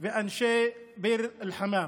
ואנשי ביר אל-חמאם.